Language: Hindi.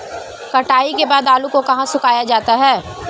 कटाई के बाद आलू को कहाँ सुखाया जाता है?